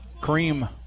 Cream